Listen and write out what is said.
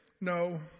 no